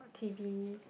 t_v